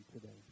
today